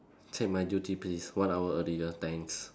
take my duty please one hour earlier thanks